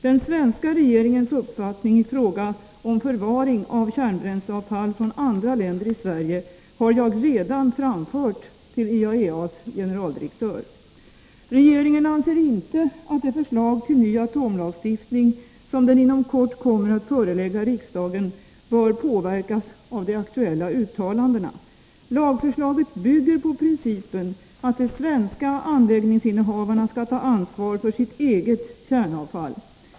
Den svenska regeringens uppfattning i fråga om förvaring i Sverige av kärnbränsleavfall från andra länder har jag redan framfört till IAEA:s generaldirektör. Regeringen anser inte att det förslag till ny atomlagstiftning som den inom kort kommer att förelägga riksdagen bör påverkas av de aktuella uttalandena. Lagförslaget bygger på principen att de svenska anläggningsinnehavarna skall ta ansvar för sitt eget kärnavfall.